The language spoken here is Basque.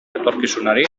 etorkizunari